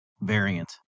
variant